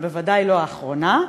אבל בוודאי לא האחרונה,